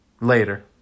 Later